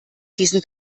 diesen